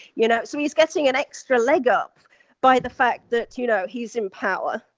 you know so he's getting an extra leg up by the fact that you know he's in power.